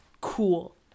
cool